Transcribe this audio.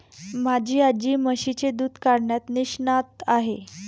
माझी आजी म्हशीचे दूध काढण्यात निष्णात आहे